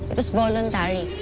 just voluntary.